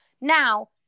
Now